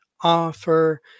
offer